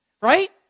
right